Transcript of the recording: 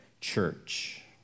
Church